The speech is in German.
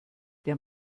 der